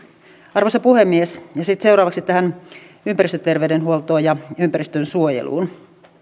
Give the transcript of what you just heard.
arvoisa puhemies sitten seuraavaksi tähän ympäristöterveydenhuoltoon ja ympäristönsuojeluun